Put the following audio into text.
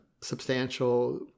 substantial